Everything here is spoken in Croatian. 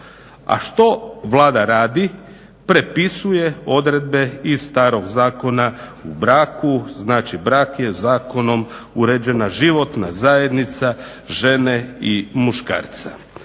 A što Vlada radi, prepisuje odredbe iz staroga zakona, u braku znači brak je zakonom uređena životna zajednica žene i muškarca.